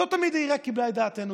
ולא תמיד העירייה קיבלה את דעתנו.